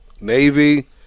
Navy